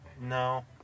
No